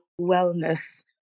wellness